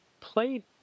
played